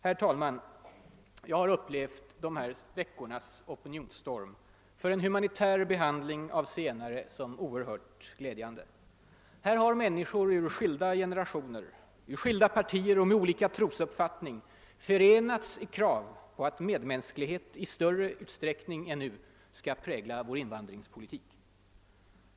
Herr talman! Jag har upplevt de gångna veckornas opinionsstorm för en humanitär behandling av zigenare som oerhört glädjande. Människor ur skilda generationer, från olika partier och med olika trosuppfattning har förenats i krav på att medmänsklighet i större utsträckning än nu skall prägla vår invandringspolitik.